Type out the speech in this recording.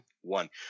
one